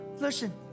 listen